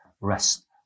rest